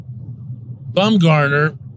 Bumgarner